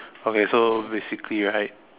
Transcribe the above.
okay so basically right